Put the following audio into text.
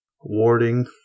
warding